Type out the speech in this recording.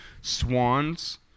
Swans